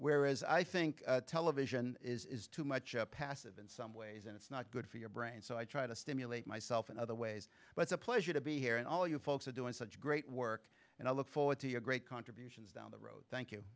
whereas i think television is too much a passive in some ways and it's not good for your brain so i try to stimulate myself in other ways but it's a pleasure to be here and all you folks are doing such great work and i look forward to your great contributions down the road thank you